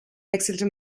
wechselte